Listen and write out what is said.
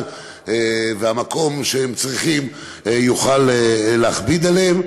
והמקום שהוא צריך יוכלו להכביד עליהם.